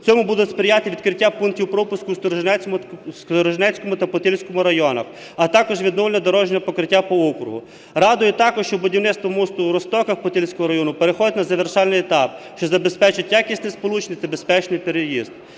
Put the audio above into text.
Цьому буде сприяти відкриття пунктів пропуску в Сторожинецькому та Путильському районах, а також відновлення дорожнього покриття по округу. Радує також, що будівництво мосту у Розтоках Путильського району переходить на завершальний етап, що забезпечить якісне сполучення та безпечний переїзд.